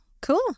cool